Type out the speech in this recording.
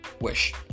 wish